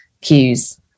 cues